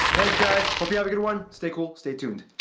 thanks guys, hope you have a good one stay cool stay tuned